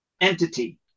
entity